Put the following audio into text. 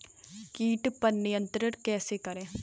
कीट पर नियंत्रण कैसे करें?